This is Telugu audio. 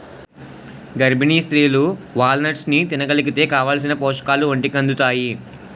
గర్భిణీ స్త్రీలు వాల్నట్స్ని తినగలిగితే కావాలిసిన పోషకాలు ఒంటికి అందుతాయి